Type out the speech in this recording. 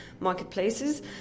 marketplaces